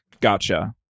Gotcha